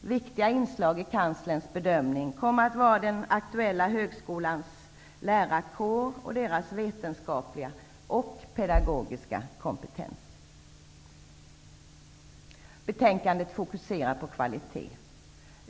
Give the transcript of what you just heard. Viktiga inslag i Kanslersämbetets bedömning kommer att vara den aktuella högskolans lärarkår och dess vetenskapliga och pedagogiska kompetens. Betänkandet fokuserar på kvalitet.